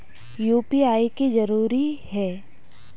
UPI की जरूरी है?